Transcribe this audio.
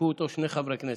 חוקקו אותו שני חברי כנסת.